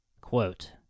quote